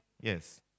Yes